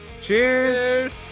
Cheers